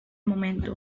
momento